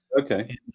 Okay